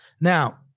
Now